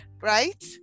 Right